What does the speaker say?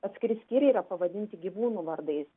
atskiri skyriai yra pavadinti gyvūnų vardais